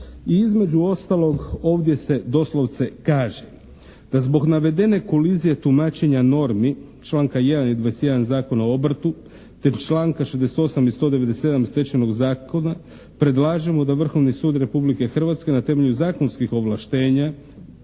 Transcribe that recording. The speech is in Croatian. I između ostalog ovdje se doslovce kaže da zbog navedene kolizije tumačenja normi članka 1. i 21. Zakona o obrtu, te članka 68. i 197. Stečajnog zakona predlažemo da Vrhovni sud Republike Hrvatske na temelju zakonskih ovlaštenja